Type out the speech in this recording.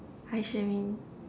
hi Xuemin